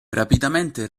rapidamente